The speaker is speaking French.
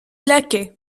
laquais